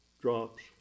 drops